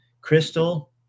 crystal